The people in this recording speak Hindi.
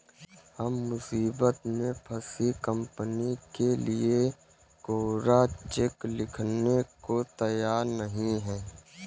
हम मुसीबत में फंसी कंपनियों के लिए कोरा चेक लिखने को तैयार नहीं हैं